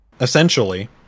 essentially